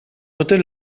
totes